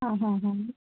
ಹಾಂ ಹಾಂ ಹಾಂ